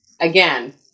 again